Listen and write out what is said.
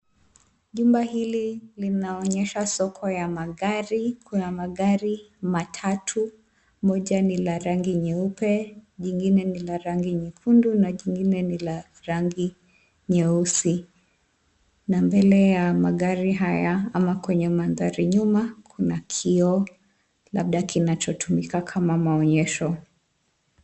Jumba hili linaonyesha soko ya magari. Kuna magari matatu; moja ni la rangi nyeupe, jingine ni la rangi nyekundu na jingine ni la rangi nyeusi. Na mbele ya magari haya ama kwenye mandhari nyuma, kuna kioo labda kinachotumika kama maonyesho.